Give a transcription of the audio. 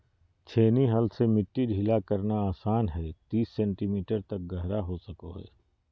छेनी हल से मिट्टी ढीला करना आसान हइ तीस सेंटीमीटर तक गहरा हो सको हइ